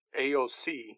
AOC